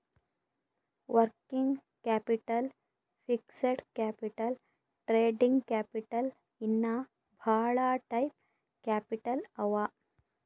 working capital, fixed capital, trading capital ಇನ್ನಾ ಭಾಳ type capital ಅವಾ